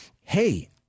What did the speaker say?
hey –